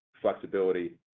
flexibility